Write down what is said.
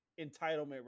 entitlement